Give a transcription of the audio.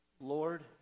Lord